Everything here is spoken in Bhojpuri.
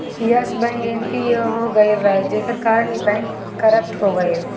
यश बैंक एन.पी.ए हो गईल रहे जेकरी कारण इ बैंक करप्ट हो गईल